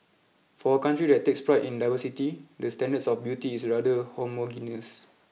for a country that takes pride in diversity the standards of beauty is rather homogeneous